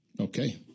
Okay